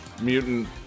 Mutant